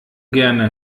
gerne